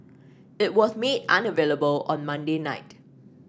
it was made unavailable on Monday night